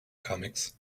comics